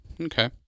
Okay